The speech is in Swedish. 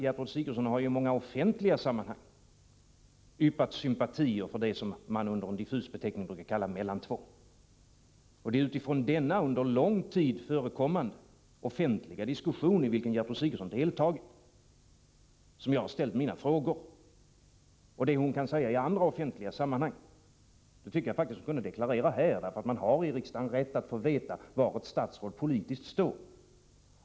Gertrud Sigurdsen har ju i många offentliga sammanhang yppat sympatier för det som man med en diffus beteckning brukar kalla ”mellantvång”. Det är utifrån denna under lång tid förekommande offentliga diskussion, i vilken Gertrud Sigurdsen deltagit, som jag ställt mina frågor. Det hon kan säga i andra offentliga sammanhang tycker jag att hon också kunde deklarera här. Vi har i riksdagen rätt att få veta var ett statsråd politiskt står.